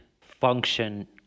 function